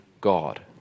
God